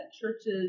churches